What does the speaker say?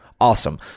Awesome